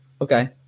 Okay